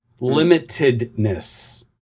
Limitedness